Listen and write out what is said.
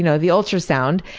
you know the ultrasound.